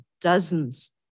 dozens